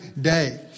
day